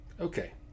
Okay